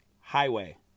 Highway